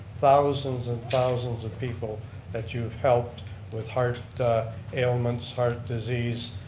thousands and thousands of people that you've helped with heart ailments, heart disease.